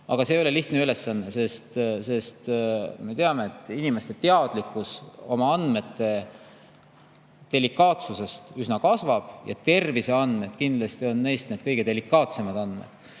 Aga see ei ole lihtne ülesanne, sest me teame, et inimeste teadlikkus oma andmete delikaatsusest kasvab, ja terviseandmed on kindlasti kõige delikaatsemad andmed.